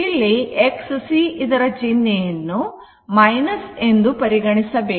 ಇಲ್ಲಿ Xc ಇದರ ಚಿಹ್ನೆಯನ್ನು ಎಂದು ಪರಿಗಣಿಸಬೇಕು